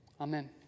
Amen